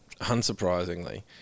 unsurprisingly